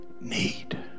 need